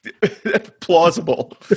plausible